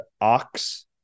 ox